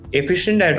efficient